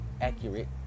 accurate